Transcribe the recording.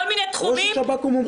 מיני תחומים -- ראש השב"כ הוא מומחה?